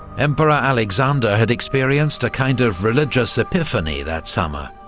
emperor alexander had experienced a kind of religious epiphany that summer,